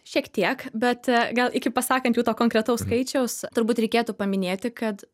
šiek tiek bet gal iki pasakant jų to konkretaus skaičiaus turbūt reikėtų paminėti kad